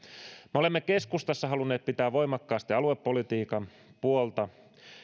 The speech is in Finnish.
me olemme keskustassa halunneet pitää voimakkaasti aluepolitiikan puolta